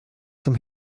zum